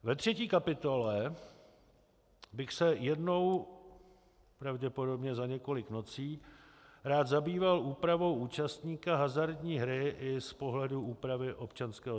Ve třetí kapitole bych se jednou pravděpodobně za několik nocí rád zabýval úpravou účastníka hazardní hry i z pohledu úpravy občanského zákoníku.